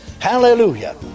Hallelujah